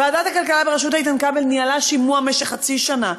ועדת הכלכלה בראשות איתן כבל ניהלה שימוע במשך חצי שנה,